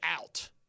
out